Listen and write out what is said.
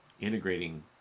integrating